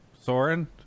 Soren